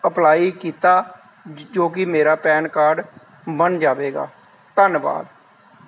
apply ਕੀਤਾ ਜੋ ਕੀ ਮੇਰਾ ਪੈਨ ਕਾਰਡ ਬਣ ਜਾਵੇਗਾ ਧੰਨਵਾਦ